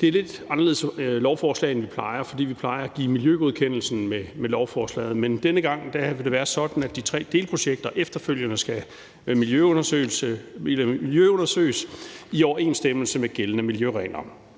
det er et lidt anderledes lovforslag, end vi plejer at have, for vi plejer at give miljøgodkendelsen med lovforslaget, men denne gang vil det være sådan, at de tre delprojekter efterfølgende skal miljøundersøges i overensstemmelse med gældende miljøregler.